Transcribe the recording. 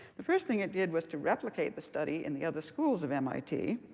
the first thing i did was to replicate the study in the other schools of mit.